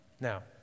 Now